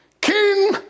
King